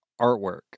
artwork